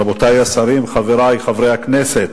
רבותי השרים, חברי חברי הכנסת,